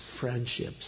friendships